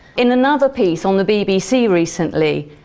in another piece on the bbc recently,